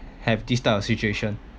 have this type of situation